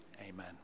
Amen